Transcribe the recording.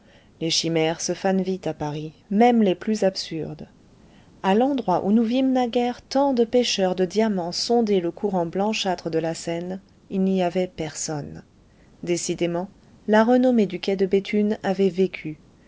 les chimères se fanent vite à paris même les plus absurdes a l'endroit où nous vîmes naguère tant de pêcheurs de diamants sonder le courant blanchâtre de la seine il n'y avait personne décidément la renommée du quai de béthune avait vécu